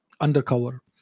Undercover